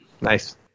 Nice